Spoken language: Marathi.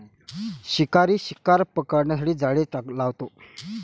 शिकारी शिकार पकडण्यासाठी जाळे लावतो